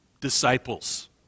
disciples